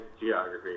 geography